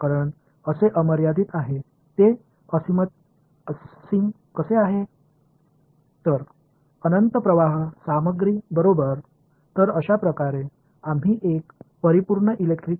எனவே இந்த விஷயத்தைக் கையாள்வது எளிதானது மற்றொன்று அது எல்லையற்றது என்று கருதுகிறது அது எப்படி எல்லையற்றதாக இருக்கும்